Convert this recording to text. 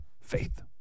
faith